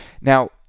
now